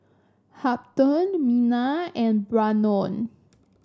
Hampton Minna and Brannon